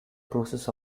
process